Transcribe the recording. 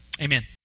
Amen